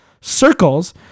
Circles